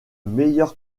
meilleur